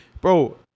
bro